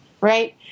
right